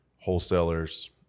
wholesalers